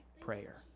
prayer